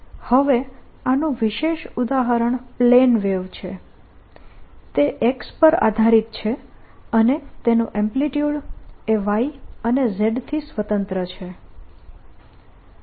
હવે આનું વિશેષ ઉદાહરણ પ્લેન વેવ છે તે x પર આધારીત છે અને તેનું એમ્પ્લીટ્યુડ એ y અને z થી સ્વતંત્ર છે